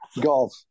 golf